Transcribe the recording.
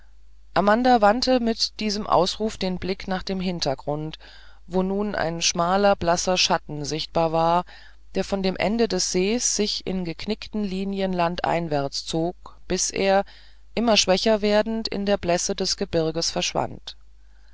amanda wandte mit diesem ausruf den blick nach dem hintergrund wo nun ein schmaler blasser schatten sichtbar war der von dem ende des sees sich in geknickten linien landeinwärts zog bis er immer schwächer werdend in der blässe des gebirges verschwand